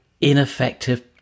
ineffective